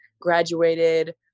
graduated